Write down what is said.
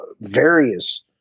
various